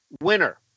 winner